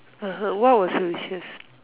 (uh huh) what was your wishes